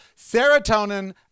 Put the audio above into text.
serotonin